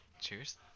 Cheers